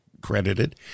credited